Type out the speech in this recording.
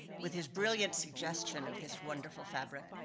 with his brilliant suggestion of this wonderful fabric,